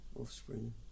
offspring